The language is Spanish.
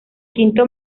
quinto